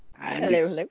Hello